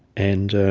and